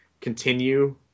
continue